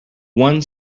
one